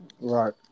Right